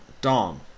Dong